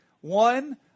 One